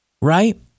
Right